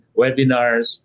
webinars